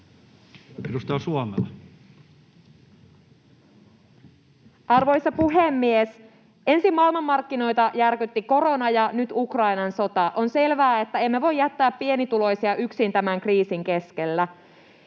14:39 Content: Arvoisa puhemies! Ensin maailmanmarkkinoita järkytti korona ja nyt Ukrainan sota. On selvää, että emme voi jättää pienituloisia yksin tämän kriisin keskellä.